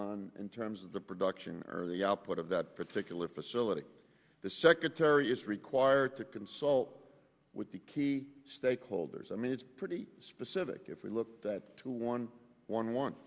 mean in terms of the production of the output of that particular facility the secretary is required to consult with the key stakeholders i mean it's pretty specific if we look to one one